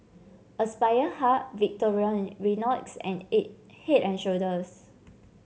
Aspire Hub and aid Head And Shoulders